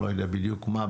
אני לא יודע בדיוק מה,